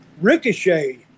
Ricochet